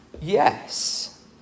yes